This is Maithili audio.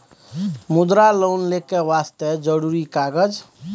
मुद्रा लोन लेके वास्ते जरुरी कागज?